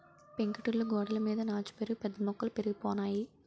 పెంకుటిల్లు గోడలమీద నాచు పెరిగి పెద్ద మొక్కలు పెరిగిపోనాయి